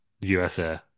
USA